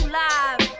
live